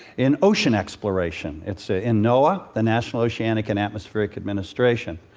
in ocean exploration. it's ah in noaa, the national oceanic and atmospheric administration.